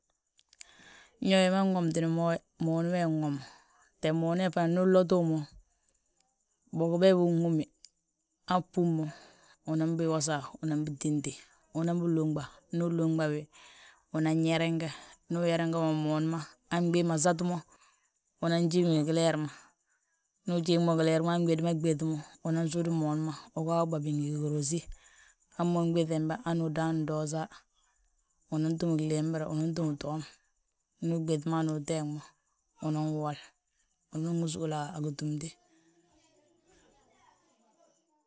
Ño wi ma nwomtini mo, mooni wi nwomu. Moun we ndu loti mo bogo bee bi uhúmi, han búm mo, unan bi wosa, unan bi tínti, unan bi lunɓa. Ndu ulunɓa bi unan yereŋga, ndu uyerenga mo moon ma, han gbii ma sant mo. Unan jiiŋi gileer ma, ndu ujiŋ mo gileer ma han wédi ma ɓéŧ mo unan sudi moon ma. Ugaa wi ɓabi ngi girosí hamma win ɓéŧ bembe hanu udan doosa, unan túm glimbire, unan túm toom. Ndu wi ɓéŧ mo hanu uteeg mo unan wi wal, unan wi súuli a gitúmti.